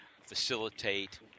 facilitate